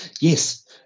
Yes